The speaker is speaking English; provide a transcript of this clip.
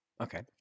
Okay